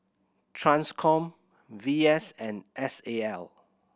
Transcom V S and S A L